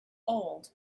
old